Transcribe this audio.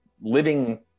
living